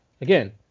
again